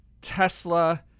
tesla